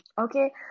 Okay